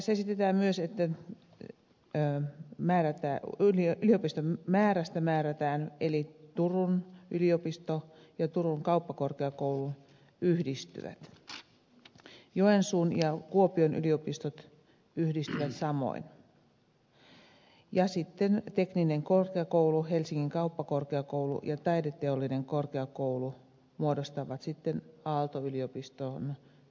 tässä määrätään myös ettei pyri enää määrätä yliherkkiä yliopistojen määrästä eli turun yliopisto ja turun kauppakorkeakoulu yhdistyvät joensuun ja kuopion yliopistot yhdistyvät samoin ja sitten tekninen korkeakoulu helsingin kauppakorkeakoulu ja taideteollinen korkeakoulu muodostavat aalto yliopiston säätiön